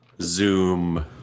Zoom